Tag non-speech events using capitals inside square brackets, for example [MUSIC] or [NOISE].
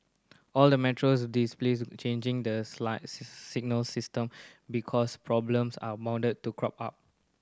all the metros displace changing the [UNINTELLIGIBLE] signalling system because problems are bound to crop up